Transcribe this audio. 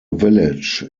village